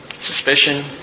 Suspicion